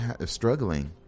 struggling